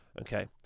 Okay